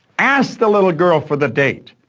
ask the little girl for the date.